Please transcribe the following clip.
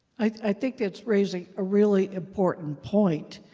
i think it's raising a really important point,